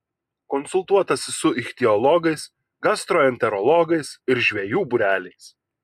konsultuotasi su ichtiologais gastroenterologais ir žvejų būreliais